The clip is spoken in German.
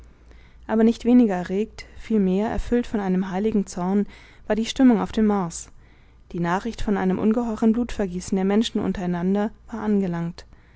aber nicht weniger erregt vielmehr erfüllt von einem heiligen zorn war die stimmung auf dem mars die nachricht von einem ungeheuren blutvergießen der menschen untereinander war angelangt